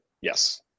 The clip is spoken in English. yes